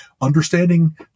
understanding